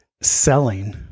selling